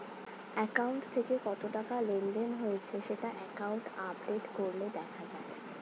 account থেকে কত টাকা লেনদেন হয়েছে সেটা অ্যাকাউন্ট আপডেট করলে দেখা যায়